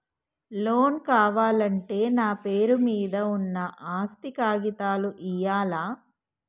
Loan కావాలంటే నా పేరు మీద ఉన్న ఆస్తి కాగితాలు ఇయ్యాలా?